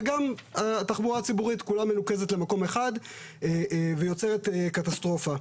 וגם התחבורה הציבורית כולה מנוקזת למקום אחד ויוצרת קטסטרופה.